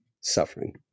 suffering